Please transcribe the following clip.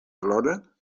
alhora